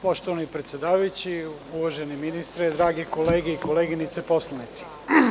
Poštovani predsedavajući, uvaženi ministre, drage kolege i koleginice poslanici.